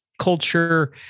culture